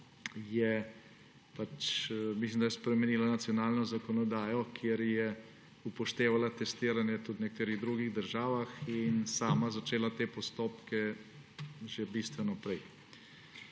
je, mislim da spremenila nacionalno zakonodajo, kjer je upoštevala testiranje tudi v nekaterih drugih državah, in je sama začela te postopke že bistveno prej.